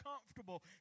comfortable